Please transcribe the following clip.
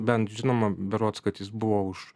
bent žinoma berods kad jis buvo už